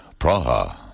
Praha